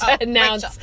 announce